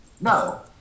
no